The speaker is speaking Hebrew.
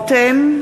רותם,